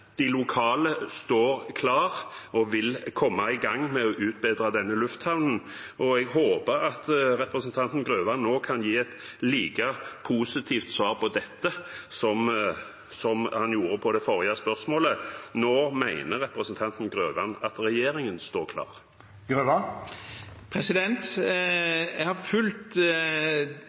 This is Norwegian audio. De lokale står klare og vil komme i gang med å utbedre lufthavnen, og jeg håper representanten Grøvan nå kan gi et like positivt svar på dette som han gjorde på det forrige spørsmålet. Når mener representanten Grøvan at regjeringen står klar? Jeg har fulgt